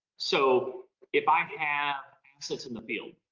so if i have six in the field,